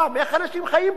איך אנשים חיים פה?